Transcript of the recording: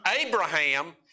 Abraham